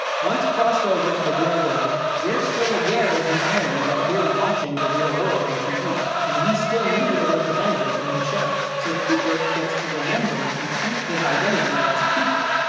once crossed over to the real world, we're still aware of the irony that we're watching the real world on tv and we still need a representative in the show, so cooper gets to remember and keep his identity as cooper,